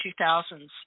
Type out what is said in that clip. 2000s